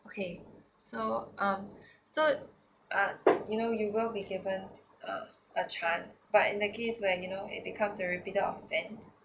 okay so um so uh you know you will be given a a chance but in the case where you know it becomes a reprisal offense